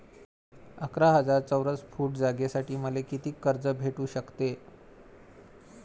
अकरा हजार चौरस फुट जागेसाठी मले कितीक कर्ज भेटू शकते?